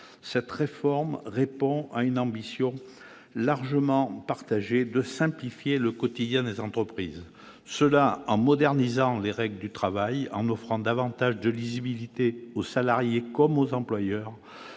Cette réforme répond à une ambition largement partagée, celle de simplifier le quotidien des entreprises en modernisant les règles du droit du travail, en offrant davantage de lisibilité aux salariés comme aux employeurs,